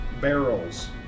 barrels